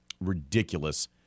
Ridiculous